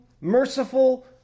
merciful